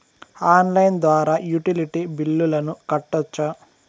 Online ద్వారా utility బిల్లులను కట్టొచ్చా?